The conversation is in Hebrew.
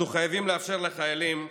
אנחנו חייבים לאפשר לחיילים אופק.